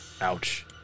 Ouch